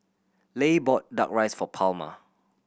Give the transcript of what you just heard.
Leigh bought Duck Rice for Palma